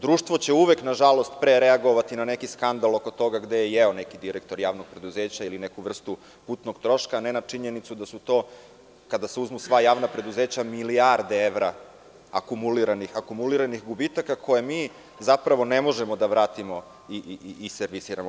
Društvo će uvek, nažalost, pre reagovati na neki skandal oko toga gde je jeo neki direktor javnog preduzeća ili neku vrstu putnog troška, a ne na činjenicu da su to, kada se uzmu sva javna preduzeća, milijarde evra akumuliranih gubitaka koje mi zapravo ne možemo da vratimo i servisiramo.